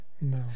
No